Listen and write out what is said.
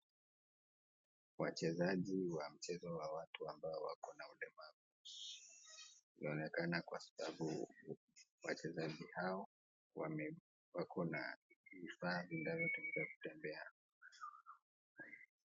Wachezaji wa mchezo wa watu ambao wako na ulemavu. Inaonekana kwa sababu wachezaji hao wame wako na vifaa vinavyotumika kutembea.